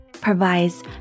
provides